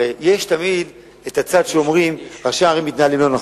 הרי תמיד אומרים: ראשי ערים מתנהלים לא נכון,